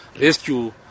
rescue